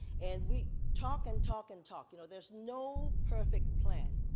and we talk and talk and talk, you know, there's no perfect plan.